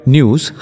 News